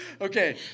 Okay